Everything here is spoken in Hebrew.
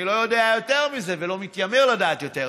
ואני לא יודע יותר מזה ולא מתיימר לדעת יותר מזה,